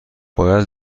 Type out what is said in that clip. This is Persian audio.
باید